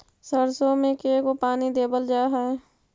सरसों में के गो पानी देबल जा है?